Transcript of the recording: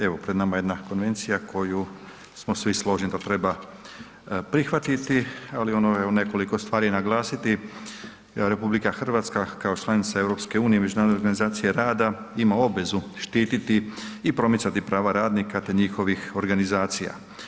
Evo pred nama je jedna Konvencija koju smo svi složni da treba prihvatiti ali i ono u nekoliko stvari naglasiti da RH kao članica EU Međunarodne organizacije rada ima obvezu štiti i promicati prava radnika te njihovih organizacija.